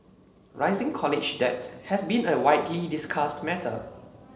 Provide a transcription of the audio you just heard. rising college debt has been a widely discussed matter